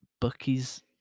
Bucky's